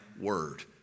word